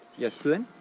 yes, blynn?